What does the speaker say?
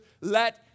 let